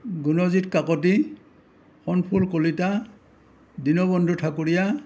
Gunjit Kakati Sonphul Kalita Dinabandhu Thakuria